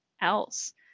else